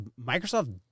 Microsoft